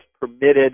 permitted